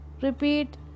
Repeat